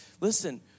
Listen